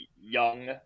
young